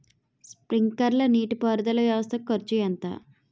Sprinkler నీటిపారుదల వ్వవస్థ కు ఖర్చు ఎంత?